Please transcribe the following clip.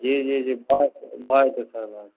जी जी जी भऽ जएतै सर भऽ जएतै